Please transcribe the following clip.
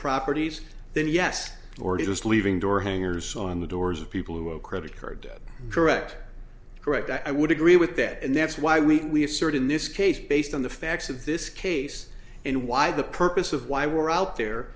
properties then yes or just leaving door hangers on the doors of people who have credit card debt correct correct i would agree with that and that's why we assert in this case based on the facts of this case and why the purpose of why we're out there